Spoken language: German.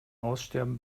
aussterben